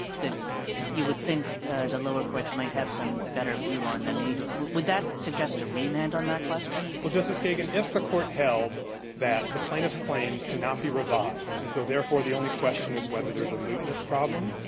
that you would think the lower courts might have some better view on than we do. would that suggest a remand on that question? fisher well, justice kagan, if the court held that the plaintiffs' claims cannot be revived, and so, therefore, the only question is whether there's a mootness problem,